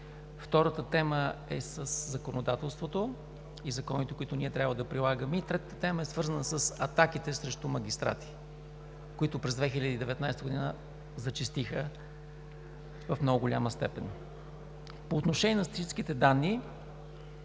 втората тема – със законодателството и законите, които ние трябва да прилагаме, и третата тема е свързана с атаките срещу магистрати, които през 2019 г. зачестиха в много голяма степен. По отношение на статистическите данни.